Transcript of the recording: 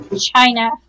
China